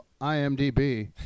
IMDb